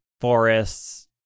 forests